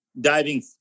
diving